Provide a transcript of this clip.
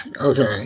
Okay